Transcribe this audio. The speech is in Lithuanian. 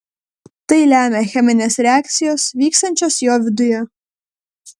tai lemia cheminės reakcijos vykstančios jo viduje